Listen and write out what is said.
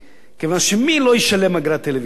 כיוון שמי לא ישלם אגרת טלוויזיה?